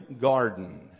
garden